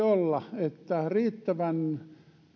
olla että riittävän